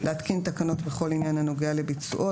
להתקין תקנות בכל עניין הנוגע לביצועו,